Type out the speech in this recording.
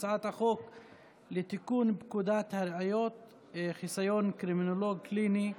הצעת החוק לתיקון פקודת הראיות (חסיון קרימינולוג קליני)